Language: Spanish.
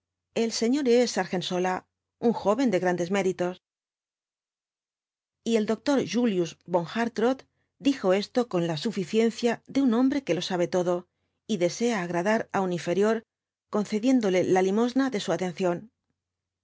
el señor es argensola un joven de grandes méritos y el doctor julius von hartrott dijo esto con la suñciencia de un hombre que lo sabe todo y desea agradar á un inferior concediéndole la limosna de su atención los